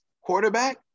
quarterback